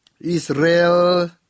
israel